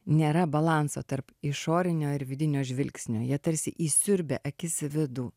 nėra balanso tarp išorinio ir vidinio žvilgsnio jie tarsi įsiurbia akis į vidų